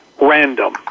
random